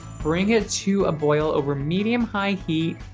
bring it to a boil over medium-high heat,